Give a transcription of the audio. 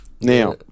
Now